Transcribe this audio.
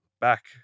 back